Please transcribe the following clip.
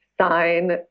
sign